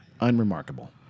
unremarkable